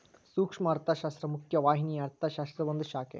ಸೂಕ್ಷ್ಮ ಅರ್ಥಶಾಸ್ತ್ರ ಮುಖ್ಯ ವಾಹಿನಿಯ ಅರ್ಥಶಾಸ್ತ್ರದ ಒಂದ್ ಶಾಖೆ